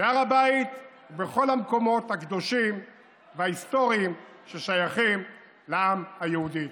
בהר הבית ובכל המקומות הקדושים וההיסטוריים ששייכים לעם היהודי.